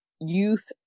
youth